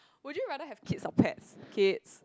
would you rather have kids or pets kids